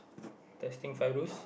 testing Fairuz